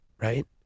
right